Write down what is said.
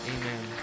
Amen